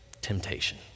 temptation